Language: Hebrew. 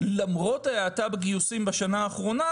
למרות ההאטה בגיוסים בשנה האחרונה,